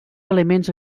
elements